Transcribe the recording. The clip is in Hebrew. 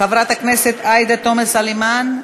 חברת הכנסת עאידה תומא סלימאן,